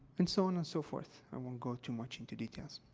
and so on and so forth. i won't go too much into details.